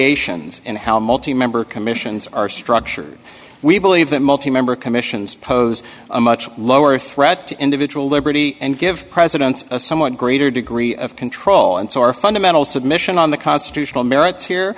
ons in how multi member commissions are structured we believe that multi member commissions pose a much lower threat to individual liberty and give presidents a somewhat greater degree of control and so our fundamental submission on the constitutional merits here